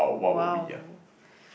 !wow!